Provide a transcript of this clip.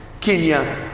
Kenya